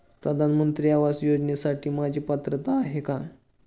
प्रधानमंत्री आवास योजनेसाठी माझी पात्रता आहे का?